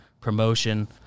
promotion